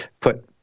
put